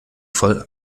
voll